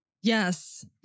Yes